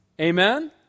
Amen